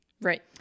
Right